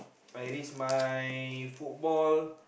I risk my football